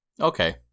Okay